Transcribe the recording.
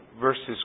versus